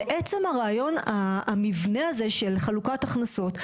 על עצם הרעיון המבנה הזה של חלוקת הכנסות.